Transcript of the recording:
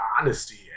honesty